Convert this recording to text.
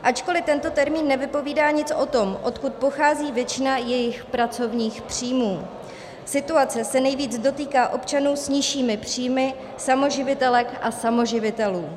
Ačkoli tento termín nevypovídá nic o tom, odkud pochází většina jejich pracovních příjmů, situace se nejvíc dotýká občanů s nižšími příjmy, samoživitelek a samoživitelů.